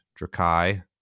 Drakai